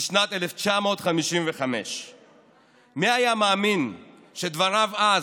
בשנת 1955. מי היה מאמין שדבריו אז,